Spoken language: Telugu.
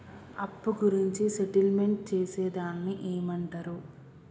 అప్పు గురించి సెటిల్మెంట్ చేసేదాన్ని ఏమంటరు?